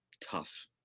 Tough